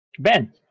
Ben